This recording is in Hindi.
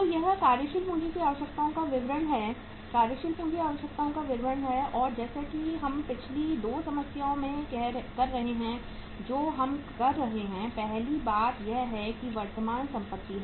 तो यह कार्यशील पूंजी की आवश्यकताओं का विवरण है कार्यशील पूंजी आवश्यकताओं का विवरण है और जैसा कि हम पिछली 2 समस्याओं में कर रहे हैं पहली बात यह है कि वर्तमान संपत्ति है